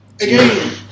Again